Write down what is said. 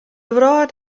wrâld